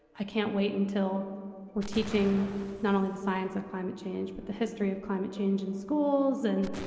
i can't wait until we're teaching not only the science of climate change, but the history of climate change in schools and,